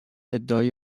ادعای